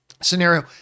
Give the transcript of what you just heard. scenario